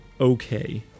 okay